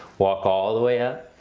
walk all the way up.